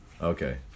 Okay